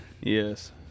Yes